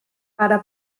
pare